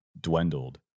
dwindled